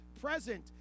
present